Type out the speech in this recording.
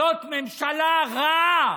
זאת ממשלה רעה,